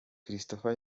christopher